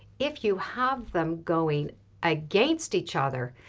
if you have them going against each other,